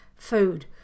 food